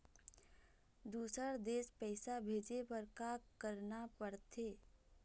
दुसर देश पैसा भेजे बार का करना पड़ते?